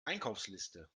einkaufsliste